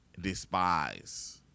despise